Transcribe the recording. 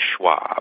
Schwab